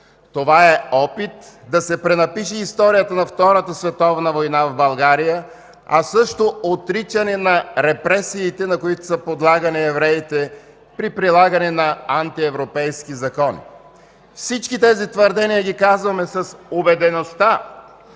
Това е опит да се пренапише историята на Втората световна война в България, а също отричане на репресиите, на които са подлагани евреите при прилагане на антиевропейски закони. Всички тези твърдения Ви казваме с убедеността,